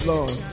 Lord